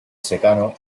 secano